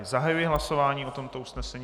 Zahajuji hlasování o tomto usnesení.